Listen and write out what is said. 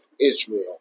Israel